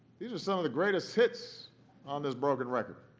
these are some of the greatest hits on this broken record.